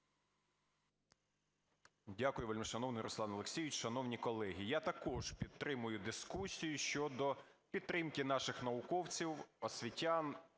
Дякую, вельмишановний Руслан Олексійович. Шановні колеги, я також підтримую дискусію щодо підтримки наших науковців, освітян